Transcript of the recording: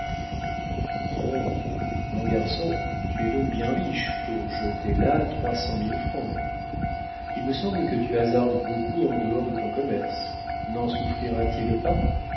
bon mon garçon tu es donc bien riche pour jeter là trois cent mille francs il me semble que tu hasardes beaucoup en dehors de ton commerce n'en souffrira t il pas